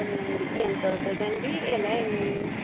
సరే అండి ఎంత అవుతుంది అండి ఎలా